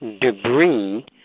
debris